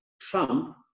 Trump